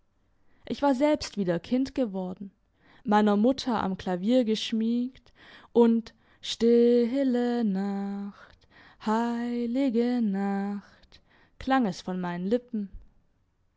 ich war selbst wieder kind geworden meiner mutter am klavier geschmiegt und stille nacht heilige nacht klang es von meinen lippen